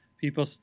people